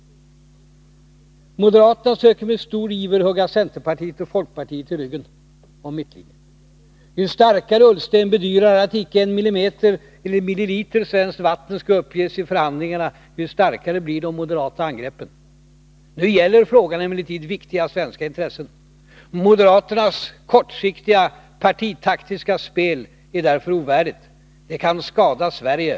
Moderaterna söker med stor iver hugga centerpartiet och folkpartiet i ryggen när det gäller mittlinjen. Ju starkare Ola Ullsten bedyrar att icke en milliliter svenskt vatten skall uppges i förhandlingarna, desto starkare blir de moderata angreppen. Nu gäller emellertid frågan viktiga svenska intressen. Moderaternas kortsiktiga partitaktiska spel är därför ovärdigt. Det kan skada Sverige.